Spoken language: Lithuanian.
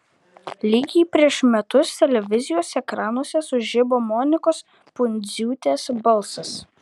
lygiai prieš metus televizijos ekranuose sužibo monikos pundziūtės balsas